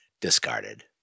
discarded